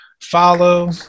Follow